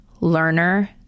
Learner